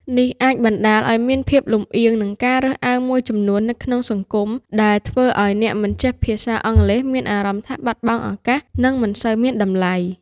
នេះអាចបណ្តាលឱ្យមានភាពលំអៀង និងការរើសអើងមួយចំនួននៅក្នុងសង្គម ដែលធ្វើឱ្យអ្នកមិនចេះភាសាអង់គ្លេសមានអារម្មណ៍ថាបាត់បង់ឱកាស និងមិនសូវមានតម្លៃ។